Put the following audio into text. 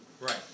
Right